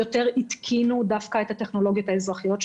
יותר התקינו את הטכנולוגיות האזרחיות.